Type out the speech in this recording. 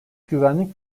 güvenlik